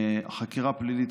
חקירה פלילית,